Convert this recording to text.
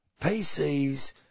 PCs